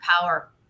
power